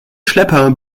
schlepper